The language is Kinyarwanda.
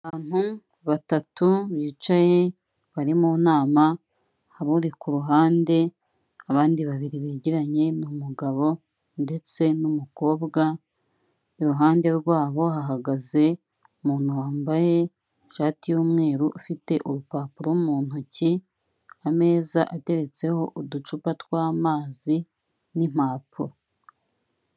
Abantu batatu bicaye bari mu nama, hari uri ku ruhande, abandi babiri begeranye n'umugabo ndetse n'umukobwa, iruhande rwabo hahagaze umuntu wambaye ishati y'umweru ufite urupapuro mu ntoki, ameza ateretseho uducupa tw'amazi n'impapuro.